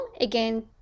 Again